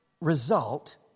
result